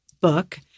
book